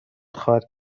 خواهد